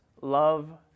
love